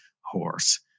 horse